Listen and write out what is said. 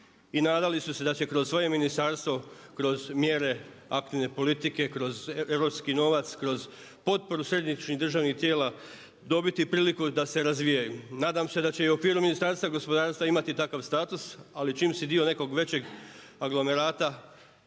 I nadali su se da će kroz svoje ministarstvo, kroz mjere aktivne politike, kroz europski novac, kroz potporu središnjih državnih tijela dobiti priliku da se razvijaju. Nadam se da će i u okviru Ministarstva gospodarstva imati takav status ali čim si dio nekog većeg aglomerata